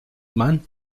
man